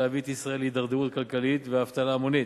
להביא את ישראל להידרדרות כלכלית ואבטלה המונית.